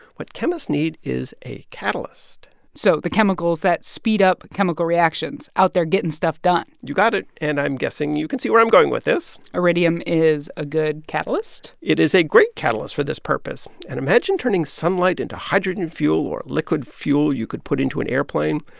what chemists need is a catalyst so the chemicals that speed up chemical reactions out there getting stuff done you got it. and i'm guessing you can see where i'm going with this iridium is a good catalyst it is a great catalyst for this purpose. and imagine turning sunlight into hydrogen fuel or liquid fuel you could put into an airplane.